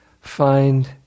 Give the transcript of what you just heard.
find